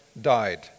died